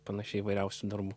panašiai įvairiausių darbų